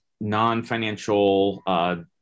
non-financial